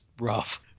rough